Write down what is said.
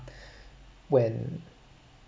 when